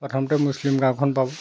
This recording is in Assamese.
প্ৰথমতে মুছলিম গাঁওখন পাব